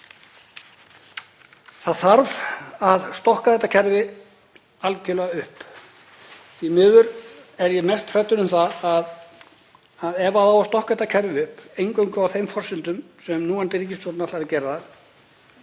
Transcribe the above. Það þarf að stokka þetta kerfi algerlega upp. Því miður er ég mest hræddur um að ef á að stokka þetta kerfi upp eingöngu á þeim forsendum sem núverandi ríkisstjórn ætlar að gera,